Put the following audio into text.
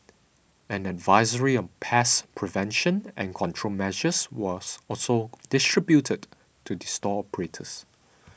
an advisory on pest prevention and control measures was also distributed to the store operators